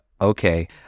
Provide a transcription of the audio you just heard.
okay